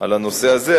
על הנושא הזה,